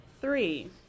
Three